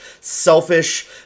selfish